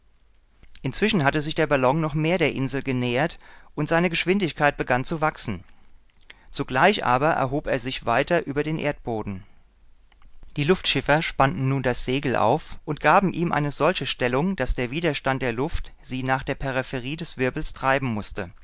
inzwischen hatte sich der ballon noch mehr der insel genähert und seine geschwindigkeit begann zu wachsen zugleich aber erhob er sich weiter über den erdboden die luftschiffer spannten nun das segel auf und gaben ihm eine solche stellung daß der widerstand der luft sie nach der peripherie des wirbels treiben mußte